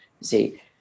see